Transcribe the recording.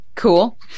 Cool